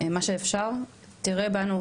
מה שאפשר תראה בנו,